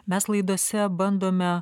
mes laidose bandome